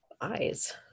eyes